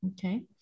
Okay